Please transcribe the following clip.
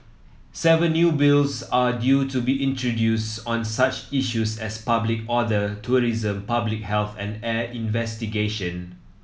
seven new Bills are due to be introduced on such issues as public order tourism public health and air navigation